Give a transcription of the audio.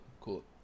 cool